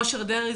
אושר דרעי,